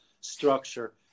structure